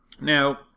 Now